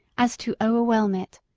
as to o'erwhelm it.